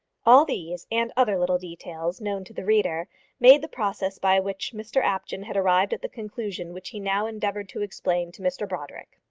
all these and other little details known to the reader made the process by which mr apjohn had arrived at the conclusion which he now endeavoured to explain to mr brodrick.